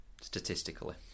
statistically